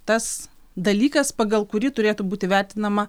tas dalykas pagal kurį turėtų būti vertinama